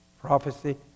prophecy